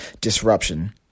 disruption